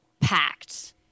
packed